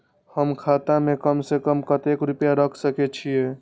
हम खाता में कम से कम कतेक रुपया रख सके छिए?